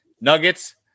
Nuggets